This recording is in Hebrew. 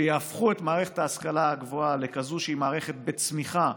שיהפכו את מערכת ההשכלה הגבוהה לכזאת שהיא מערכת בצמיחה,